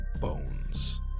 bones